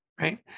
right